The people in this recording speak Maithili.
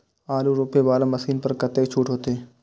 आलू रोपे वाला मशीन पर कतेक छूट होते?